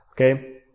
Okay